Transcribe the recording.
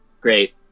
Great